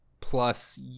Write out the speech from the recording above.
plus